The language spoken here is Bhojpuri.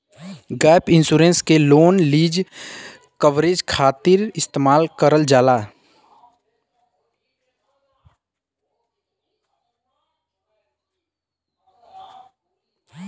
गैप इंश्योरेंस के लोन लीज कवरेज खातिर इस्तेमाल करल जाला